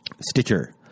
Stitcher